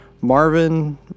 Marvin